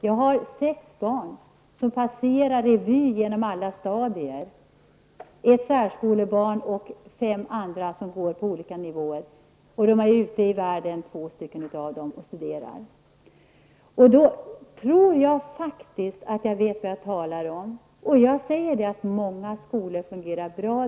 Jag har sex barn passerar revy på alla stadier, -- ett särskolebarn och fem andra på olika nivåer. Två av dem är ute i världen och studerar. Jag tror faktiskt att jag vet vad jag talar om. Jag ser att många skolor fungerar bra.